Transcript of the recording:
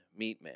Meatman